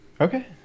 Okay